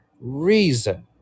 reason